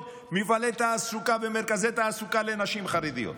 מפעלי תעסוקה ומרכזי תעסוקה לנשים חרדיות.